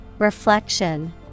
Reflection